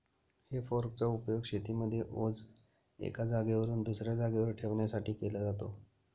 हे फोर्क चा उपयोग शेतीमध्ये ओझ एका जागेवरून दुसऱ्या जागेवर ठेवण्यासाठी केला जातो